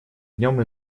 днем